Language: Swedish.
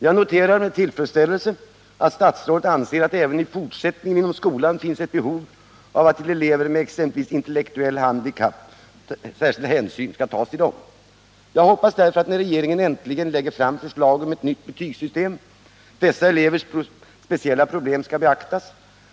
Jag noterar med tillfredsställelse att statsrådet anser att det även i fortsättningen inom skolan finns ett behov av att vid betygsättningen ta särskild hänsyn till elever med exempelvis intellektuellt handikapp. Jag hoppas därför att när regeringen äntligen lägger fram förslag om ett nytt betygssystem dessa elevers speciella problem skall beaktas.